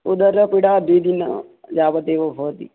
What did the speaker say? उदरपीडा द्वि दिन यावदेव भवति